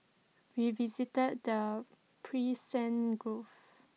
we visited the gulf